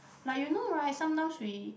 like you know right sometimes we